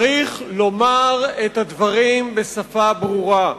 צריך לומר את הדברים בשפה ברורה,